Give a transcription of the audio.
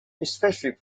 especially